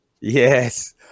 yes